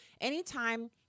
Anytime